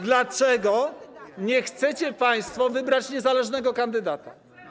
Dlaczego nie chcecie państwo wybrać niezależnego kandydata?